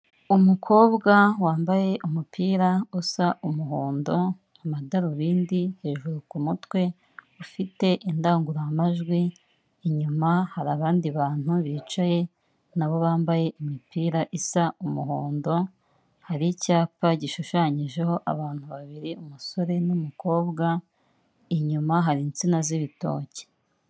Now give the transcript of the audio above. Umukobwa wambaye umupira usa umuhondo, amadarubindi hejuru ku mutwe, ufite indangururamajwi, inyuma hari abandi bantu bicaye nabo bambaye imipira isa umuhondo, hari icyapa gishushanyijeho abantu babiri, umusore n'umukobwa, inyuma hari insina z'ibitoki.